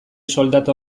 soldata